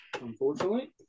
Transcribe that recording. unfortunately